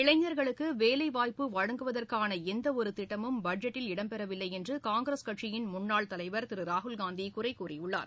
இளைஞா்களுக்கு வேலைவாய்ப்பு வழங்குவதற்கான எந்த ஒரு திட்டமும் பட்ஜெட்டில் இடம்பெறவில்லை என்று காங்கிரஸ் கட்சியின் முன்னாள் தலைவர் திரு ராகுல்காந்தி குறை கூறியுள்ளார்